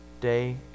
Day